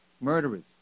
murderers